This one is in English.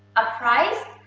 a price